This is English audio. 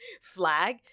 Flag